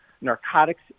narcotics